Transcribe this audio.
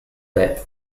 there